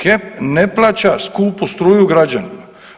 HEP ne plaća skupu struju građanima.